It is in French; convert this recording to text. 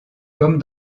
comme